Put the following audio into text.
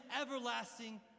everlasting